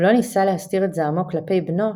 הוא לא ניסה להסתיר את זעמו כלפי בנו,